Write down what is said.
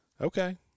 Okay